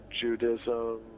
Judaism